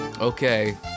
Okay